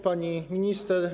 Pani Minister!